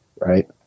right